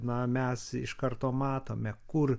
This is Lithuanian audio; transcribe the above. na mes iš karto matome kur